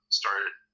started